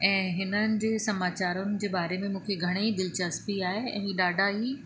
ऐं हिननि जे समाचारुनि जे बारे में मूंखे घणेई दिलचस्पी आहे ऐं ही ॾाढा ई